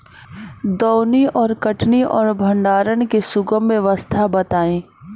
दौनी और कटनी और भंडारण के सुगम व्यवस्था बताई?